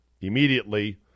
immediately